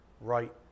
right